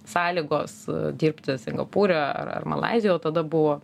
sąlygos dirbti singapūre ar ar malaizijoj o tada buvo